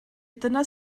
dyna